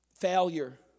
failure